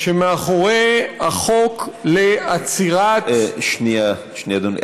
שמאחורי החוק לעצירת, שנייה, אדוני.